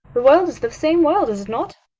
world is the same world, is it not?